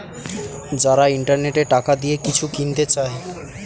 যারা ইন্টারনেটে টাকা দিয়ে কিছু কিনতে চায়